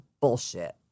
bullshit